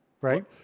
right